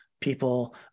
people